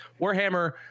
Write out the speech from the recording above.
Warhammer